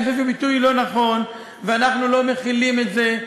אני חושב שזה ביטוי לא נכון ואנחנו לא מכילים את זה.